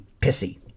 pissy